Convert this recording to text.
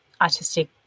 artistic